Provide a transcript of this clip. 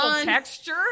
texture